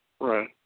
Right